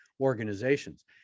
organizations